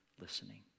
listening